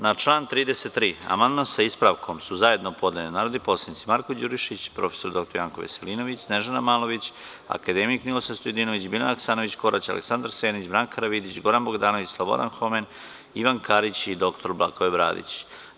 Na član 33. amandman, sa ispravkom, zajedno su podneli narodni poslanici Marko Đurišić, prof. dr Janko Veselinović, Snežana Malović, akademik Ninoslav Stojadinović, Biljana Hasanović Korać, Aleksandar Senić, Branka Karavidić, Goran Bogdanović, Slobodan Homen, Ivan Karić i dr Blagoje Bradić.